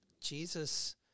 Jesus